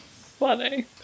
Funny